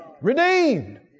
Redeemed